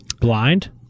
blind